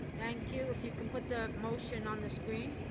thank you. if you could put the motion on the screen.